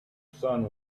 son